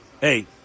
hey